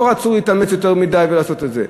לא רצו להתאמץ יותר מדי ולעשות את זה.